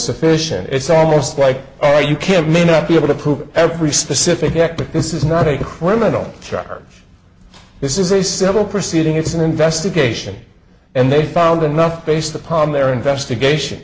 sufficient it's almost like oh you can't may not be able to prove every specific act but this is not a criminal charge this is a civil proceeding it's an investigation and they found enough based upon their investigation